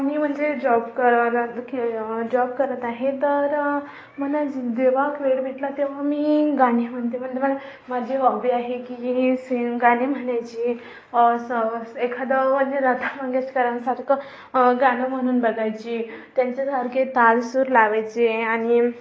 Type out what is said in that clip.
मी म्हणजे जॉब करावया की जॉब करत आहे तर मला जी जेव्हा वेळ भेटला तेव्हा मी गाणे म्हणते मग तर मला माझी हॉबी आहे की जी सिंग गाणे म्हणायची स एखादं म्हणजे लता मंगेशकरांसारखं गाणं म्हणून बघायची त्यांच्याझारखे ताल सूर लावायचे आणि